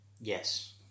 Yes